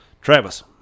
Travis